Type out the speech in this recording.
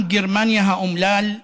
עם גרמניה האומלל,